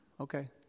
Okay